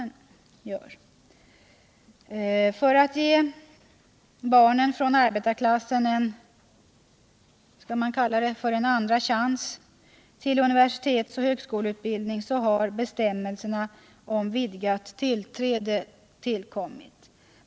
För att ge barnen från arbetarklassen en ”andra chans” till universitetsoch högskoleutbildning har bestämmelserna om vidgat tillträde tillkommit.